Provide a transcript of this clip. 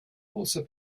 also